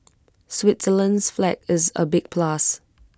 Switzerland's flag is A big plus